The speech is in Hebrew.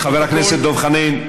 חבר הכנסת דב חנין,